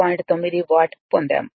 9 watt పొందాము